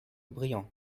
brillant